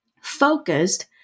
focused